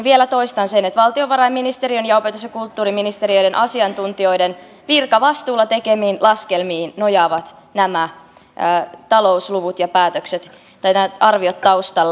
vielä toistan sen että valtiovarainministeriön ja opetus ja kulttuuriministeriön asiantuntijoiden virkavastuulla tekemiin laskelmiin nojaavat nämä talousluvut ja nämä arviot taustalla